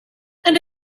and